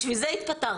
בשביל זה התפטרתי.